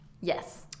Yes